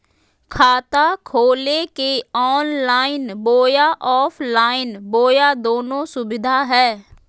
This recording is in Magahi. खाता खोले के ऑनलाइन बोया ऑफलाइन बोया दोनो सुविधा है?